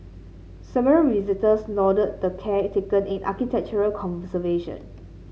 several visitors lauded the care taken in architectural conservation